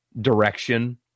direction